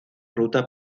ruta